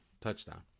touchdown